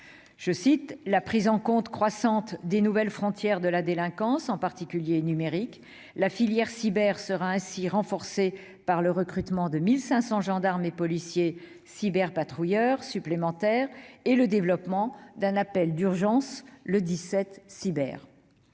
est la prise en compte croissante des nouvelles frontières de la délinquance, en particulier numériques. La filière cyber sera ainsi renforcée grâce au recrutement de 1 500 gendarmes et policiers cyberpatrouilleurs supplémentaires et au développement d'un appel d'urgence, le « 17 cyber ».